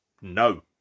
No